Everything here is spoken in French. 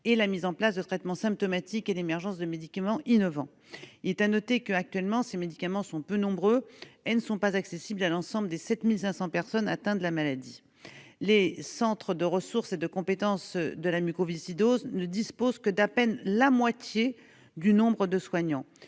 -, la mise en place de traitements symptomatiques et l'émergence de médicaments innovants. Il est à noter que, actuellement, ces médicaments sont peu nombreux et ne sont pas accessibles à l'ensemble des 7 500 personnes atteintes de la maladie. Les centres de ressources et de compétences de la mucoviscidose (CRCM) disposent d'à peine la moitié du nombre de soignants